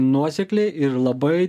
nuosekliai ir labai